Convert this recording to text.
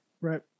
right